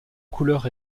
couleurs